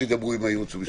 שידברו עם הייעוץ המשפטי.